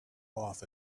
off